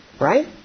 Right